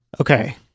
Okay